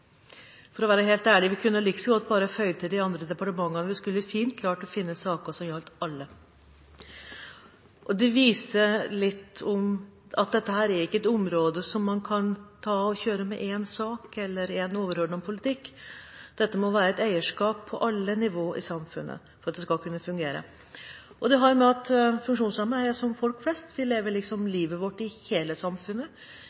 For å være helt ærlig kunne vi like godt bare føyd til de andre departementene – vi skulle fint klart å finne saker som gjaldt alle. Det viser at dette ikke er et område man kan løse med én sak eller én overordnet politikk. Det må være et eierskap på alle nivåer i samfunnet for at det skal kunne fungere. Det har med det å gjøre at funksjonshemmede er som folk flest.